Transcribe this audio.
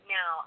Now